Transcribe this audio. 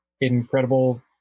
incredible